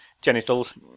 genitals